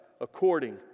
according